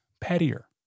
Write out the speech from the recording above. pettier